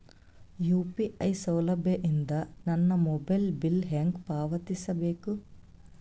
UPI ಸೌಲಭ್ಯ ಇಂದ ನನ್ನ ಮೊಬೈಲ್ ಬಿಲ್ ಹೆಂಗ್ ಪಾವತಿಸ ಬೇಕು?